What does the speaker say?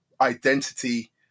identity